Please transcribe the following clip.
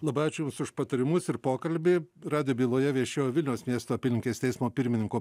labai ačiū jums už patarimus ir pokalbį radijo byloje viešėjo vilniaus miesto apylinkės teismo pirmininko